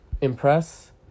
impress